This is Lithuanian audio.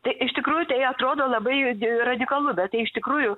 tai iš tikrųjų tai atrodo labai radikalu bet tai iš tikrųjų